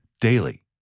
DAILY